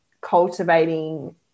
cultivating